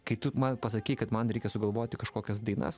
kai tu man pasakyk kad man reikia sugalvoti kažkokias dainas